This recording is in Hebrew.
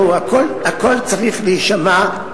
הכול צריך להישמע.